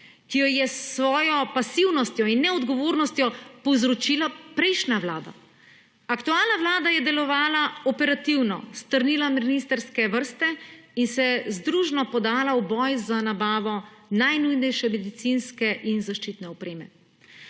ki jo je s svojo pasivnostjo in neodgovornostjo povzročila prejšnja vlada. Aktualna vlada je delovala operativno, strnila ministrske vrste in se družno podala v boj za nabavo najnujnejše medicinske in zaščitne opreme.